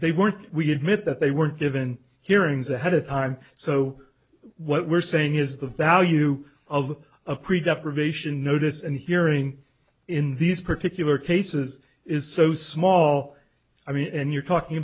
they weren't we admit that they weren't given hearings ahead of time so what we're saying is the value of a pretty tough probation notice and hearing in these particular cases is so small i mean and you're talking